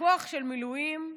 כוח של מילואים גדול,